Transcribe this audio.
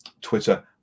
Twitter